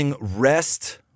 rest